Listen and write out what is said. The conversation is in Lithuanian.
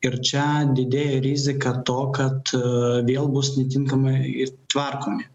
ir čia didėja rizika to kad vėl bus netinkamai ir tvarkomi